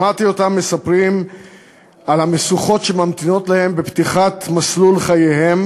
שמעתי אותם מספרים על המשוכות שממתינות להם בפתיחת מסלול חייהם